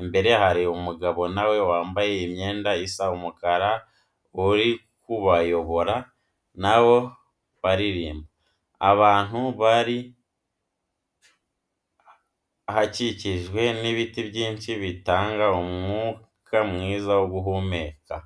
imbere hari umugabo na we wambaye imyenda isa umukara uri kubayobora na bo baririmba. Ahantu bari hakikijwe n'ibiti byinshi bitanga umwuka mwiza wo guhumeka.